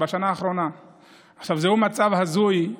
זהו מצב הזוי,